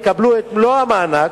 יקבלו את מלוא המענק,